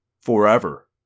Forever